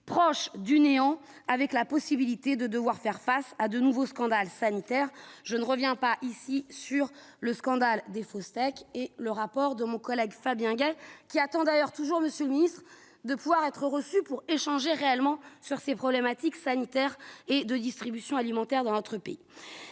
proche du néant, avec la possibilité de devoir faire face à de nouveaux scandales sanitaires, je ne reviens pas ici sur le scandale des faux steaks et le rapport de mon collègue Fabien qui attend d'ailleurs toujours Monsieur le Ministre, de pouvoir être reçus pour échanger réellement sur ces problématiques : sanitaires et de distribution alimentaire dans notre pays,